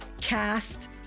Cast